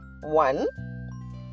One